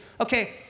Okay